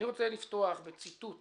בציטוט